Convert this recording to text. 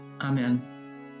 Amen